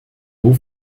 roues